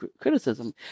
criticism